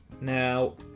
now